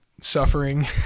suffering